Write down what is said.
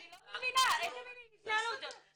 אני לא מבינה איזו מין התנהלות זו,